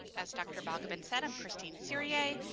as dr. balgobin said, i'm christine cyrier,